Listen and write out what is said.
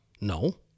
No